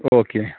okay